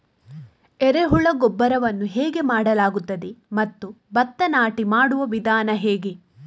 ಎರೆಹುಳು ಗೊಬ್ಬರವನ್ನು ಹೇಗೆ ಮಾಡಲಾಗುತ್ತದೆ ಮತ್ತು ಭತ್ತ ನಾಟಿ ಮಾಡುವ ವಿಧಾನ ಹೇಗೆ?